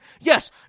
Yes